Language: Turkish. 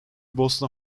bosna